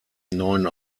neuen